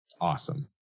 awesome